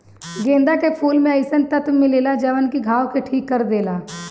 गेंदा के फूल में अइसन तत्व मिलेला जवन की घाव के ठीक कर देला